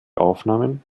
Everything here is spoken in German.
aufnahmen